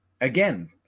again